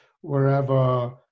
wherever